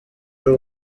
ari